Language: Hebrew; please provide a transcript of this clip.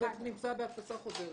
זה נמצא בהדפסה חוזרת.